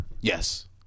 Yes